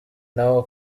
naho